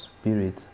spirit